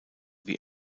wie